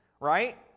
right